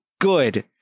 good